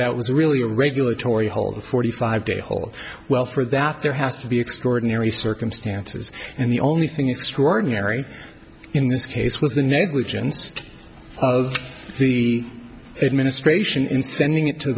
that was really a regulatory hold a forty five day hole well for that there has to be extraordinary circumstances and the only thing extraordinary in this case was the negligence of the administration in sending it to